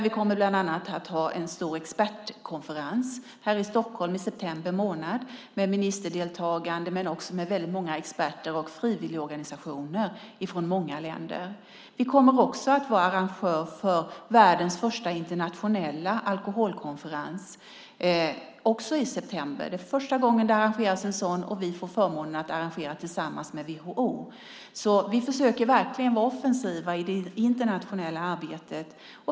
Vi kommer bland annat att ha en stor expertkonferens här i Stockholm i september månad med ministerdeltagande men också med väldigt många experter och frivilligorganisationer från många länder. Vi kommer också att vara arrangör för väldens första internationella alkoholkonferens, även den i september. Det är första gången som det arrangeras en sådan, och vi får förmånen att arrangera den tillsammans med WHO. Vi försöker verkligen att vara offensiva i det internationella arbetet.